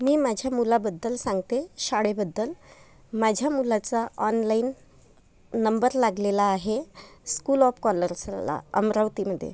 मी माझ्या मुलाबद्दल सांगते शाळेबद्दल माझ्या मुलाचा ऑनलाईन नंबर लागलेला आहे स्कूल ऑफ कॉलर्सला अमरावतीमध्ये